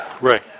Right